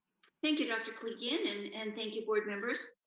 thank you, dr. koligian, and and thank you, board members.